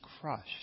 crushed